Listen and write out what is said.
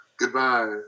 Goodbye